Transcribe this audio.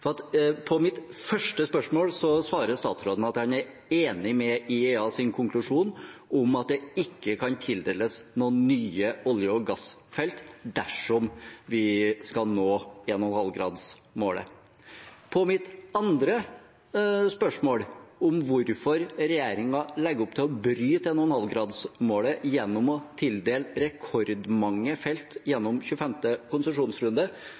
ikke helt på greip. På mitt første spørsmål svarer statsråden at han er enig i IEAs konklusjon om at det ikke kan tildeles noen nye olje- og gassfelt dersom vi skal nå 1,5-gradersmålet. På mitt andre spørsmål, om hvorfor regjeringen legger opp til å bryte 1,5-gradersmålet gjennom å tildele rekordmange felt gjennom 25. konsesjonsrunde,